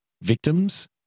victims